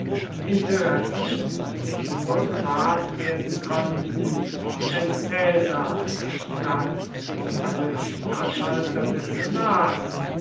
interessen die nur gewahrt werden konnten wenn caesar statt wie alle statthalter des senats